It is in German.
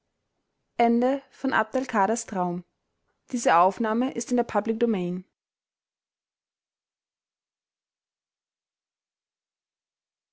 ist in der